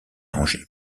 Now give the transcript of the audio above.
rangée